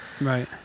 right